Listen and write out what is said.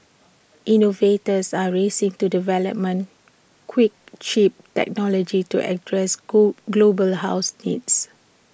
innovators are racing to development quick cheap technology to address go global house needs